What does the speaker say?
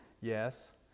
Yes